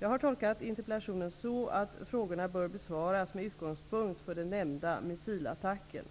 Jag har tolkat interpellationen så, att frågorna bör besvaras med utgångspunkt i den nämnda missilattacken.